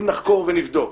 אם נחקור ונבדוק.